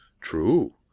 True